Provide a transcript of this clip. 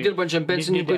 dirbančiam pensininkui